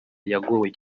yagowe